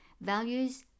values